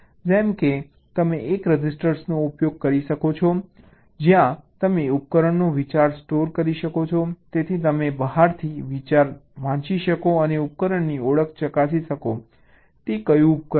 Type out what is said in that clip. જેમ કે તમે એક રજિસ્ટરનો ઉપયોગ કરી શકો છો જ્યાં તમે ઉપકરણનો વિચાર સ્ટોર કરી શકો છો જેથી તમે બહારથી વિચાર વાંચી શકો અને ઉપકરણની ઓળખ ચકાસી શકો કે તે કયું ઉપકરણ છે